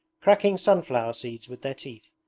cracking sunflower seeds with their teeth,